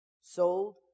sold